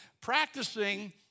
practicing